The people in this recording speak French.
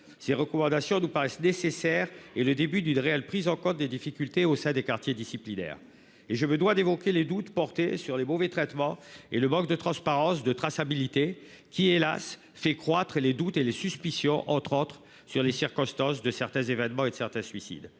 ces recommandations nous paraissent nécessaires et le début d'une réelle prise en compte des difficultés au sein des quartiers disciplinaires et je me dois d'évoquer les doutes portés sur les mauvais traitements et le manque de transparence, de traçabilité qui hélas fait croître et les doutes et les suspicions entre autres sur les circonstances de certains événements et de certains suicide